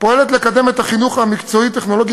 פועלת לקידום החינוך המקצועי-טכנולוגי